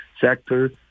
sector